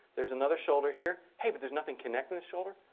there's another shoulder here. hey, but there's nothing connecting the shoulder.